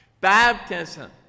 Baptism